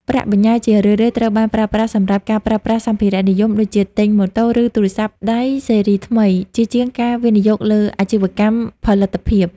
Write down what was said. ប្រាក់បញ្ញើជារឿយៗត្រូវបានប្រើប្រាស់សម្រាប់ "ការប្រើប្រាស់សម្ភារៈនិយម" ដូចជាទិញម៉ូតូ ឬ ទូរស័ព្ទដៃស៊េរីថ្មី ជាជាងការវិនិយោគលើអាជីវកម្មផលិតភាព។